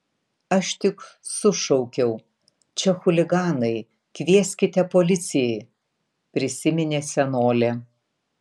aš tik sušaukiau čia chuliganai kvieskite policijai prisiminė senolė